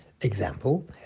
Example